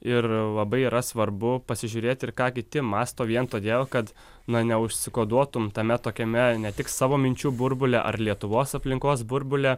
ir labai yra svarbu pasižiūrėti ir ką kiti mąsto vien todėl kad na ne užsikoduotum tame tokiame ne tik savo minčių burbule ar lietuvos aplinkos burbule